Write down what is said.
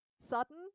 sudden